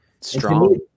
Strong